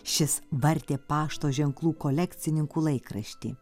šis vartė pašto ženklų kolekcininkų laikraštį